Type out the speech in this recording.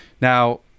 Now